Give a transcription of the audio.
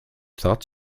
thought